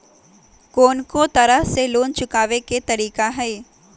कोन को तरह से लोन चुकावे के तरीका हई?